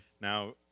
Now